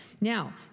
Now